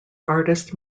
artist